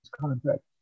contract